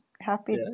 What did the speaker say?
happy